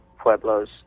pueblos